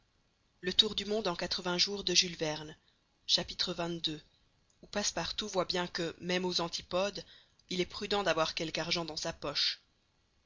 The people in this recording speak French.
xxii où passepartout voit bien que même aux antipodes il est prudent d'avoir quelque argent dans sa poche